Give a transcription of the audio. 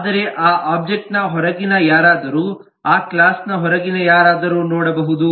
ಆದರೆ ಆ ಒಬ್ಜೆಕ್ಟ್ ನ ಹೊರಗಿನ ಯಾರಾದರೂ ಆ ಕ್ಲಾಸ್ ನ ಹೊರಗಿನ ಯಾರಾದರೂ ನೋಡಬಹುದು